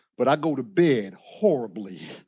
but i go to bed horribly.